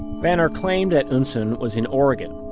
vanner claimed that eunsoon was in oregon.